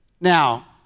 Now